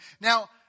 Now